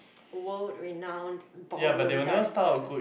world renowned ballroom dancers